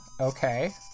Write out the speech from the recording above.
okay